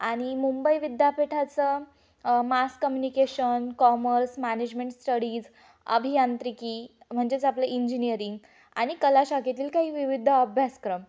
आणि मुंबई विद्यापीठाचं mass communication commerce management studies अभियांत्रिकी म्हणजेच आपलं इंजिनिअरिंग आणि कला शाखेतील काही विविध अभ्यासक्रम